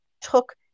took